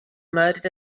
murdered